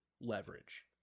leverage